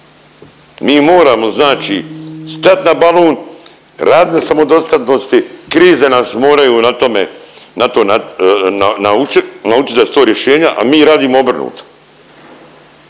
Mi moramo znači stat na balun, radit na samodostatnosti, krize nas moraju na tome, na to naučit, naučit da su to rješenja a mi radimo obrnuto.